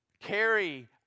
Carry